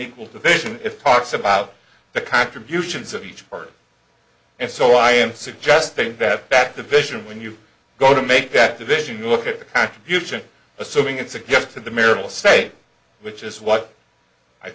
equal division if talks about the contributions of each part and so i am suggesting that that the vision when you go to make that division you look at the contribution assuming it's a gift to the marital state which is what i